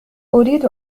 أريد